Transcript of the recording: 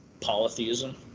Polytheism